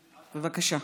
בבקשה.